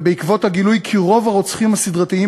בעקבות הגילוי שרוב הרוצחים הסדרתיים